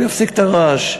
אני אפסיק את הרעש,